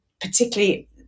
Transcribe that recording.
particularly